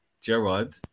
Gerard